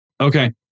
Okay